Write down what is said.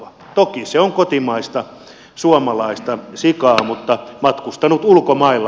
toki se on kotimaista suomalaista sikaa mutta matkustanut ulkomailla